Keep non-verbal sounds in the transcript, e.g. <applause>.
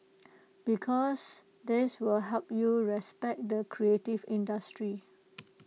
<noise> because that will help you respect the creative industry